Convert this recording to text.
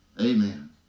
Amen